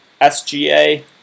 SGA